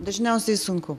dažniausiai sunku